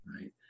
right